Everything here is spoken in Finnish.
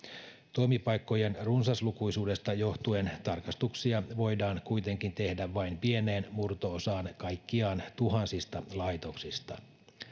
toimipaikkojen runsaslukuisuudesta johtuen tarkastuksia voidaan kuitenkin tehdä vain pieneen murto osaan kaikkiaan tuhansista laitoksista